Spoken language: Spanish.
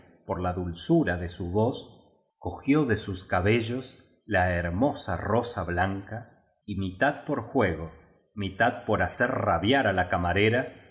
por la dulzura de su voz cogió de sus cabellos la hermosa rosa blanca y mitad por juego mitad por hacer rabiar á la camarera